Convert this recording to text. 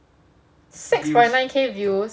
six point nine K views